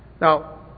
Now